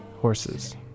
Horses